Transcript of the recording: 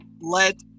let